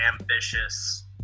ambitious